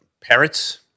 parrots